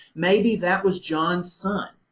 maybe that was john's son,